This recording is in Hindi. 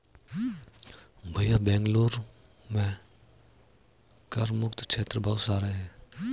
भैया बेंगलुरु में कर मुक्त क्षेत्र बहुत सारे हैं